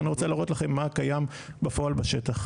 ואני רוצה להראות לכם מה קיים בפועל בשטח.